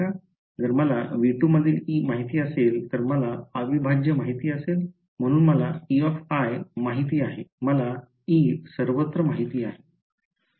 जर मला V2 मधील E माहित असेल तर मला अविभाज्य माहित असेल म्हणून मला Ei माहित आहे मला E सर्वत्र माहित आहे